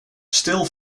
still